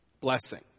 blessing